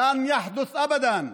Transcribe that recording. לן יחדת' אבדאן.